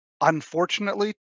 Unfortunately